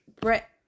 brett